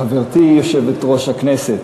חברתי יושבת-ראש הכנסת,